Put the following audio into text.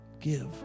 Give